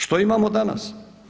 Što imamo danas?